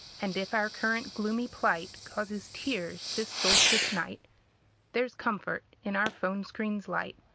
and if our current gloomy plight causes tears this solstice night there's comfort in our phone screen's light.